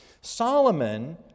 Solomon